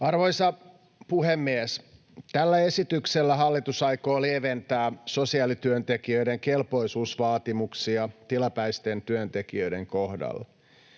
Arvoisa puhemies! Tällä esityksellä hallitus aikoo lieventää sosiaalityöntekijöiden kelpoisuusvaatimuksia tilapäisten työntekijöiden kohdalla.